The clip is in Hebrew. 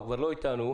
הוא כבר לא איתנו,